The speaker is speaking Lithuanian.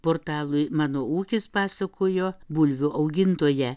portalui mano ūkis pasakojo bulvių augintoja